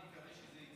אני מקווה שזה,